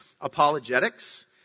apologetics